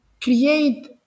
create